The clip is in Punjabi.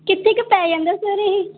ਕਿੱਥੇ ਕੁ ਪੈ ਜਾਂਦਾ ਸਰ ਇਹ